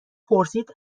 پرسید